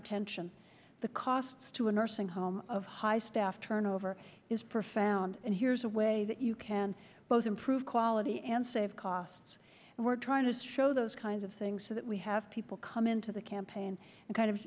or tension the costs to a nursing home of high staff turnover is profound and here's a way that you can both improve quality and save costs and we're trying to show those kinds of things so that we have people come into the campaign and kind of